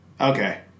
Okay